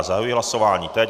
Zahajuji hlasování teď.